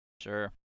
sure